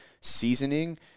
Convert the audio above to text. seasoning